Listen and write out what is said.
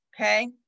okay